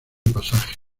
pasajes